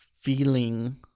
feeling